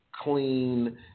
clean